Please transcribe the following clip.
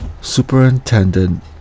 Superintendent